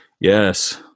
Yes